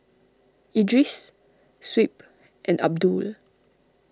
Idris Shuib and Abdul